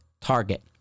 target